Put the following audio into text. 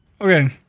Okay